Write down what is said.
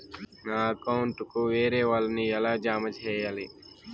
నా అకౌంట్ కు వేరే వాళ్ళ ని ఎలా జామ సేయాలి?